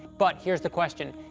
but here's the question.